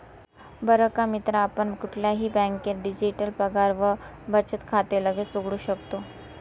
बर का मित्रा आपण कुठल्याही बँकेत डिजिटल पगार व बचत खाते लगेच उघडू शकतो